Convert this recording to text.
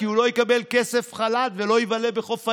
כי הוא לא יקבל כסף חל"ת ולא יבלה בחוף הים.